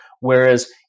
Whereas